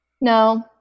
No